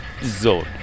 zone